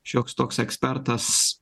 šioks toks ekspertas